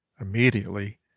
Immediately